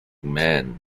man